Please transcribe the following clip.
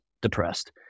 depressed